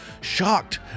shocked